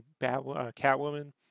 Catwoman